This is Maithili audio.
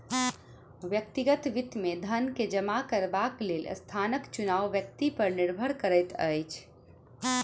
व्यक्तिगत वित्त मे धन के जमा करबाक लेल स्थानक चुनाव व्यक्ति पर निर्भर करैत अछि